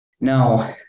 Now